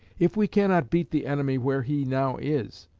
if we cannot beat the enemy where he now is,